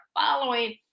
following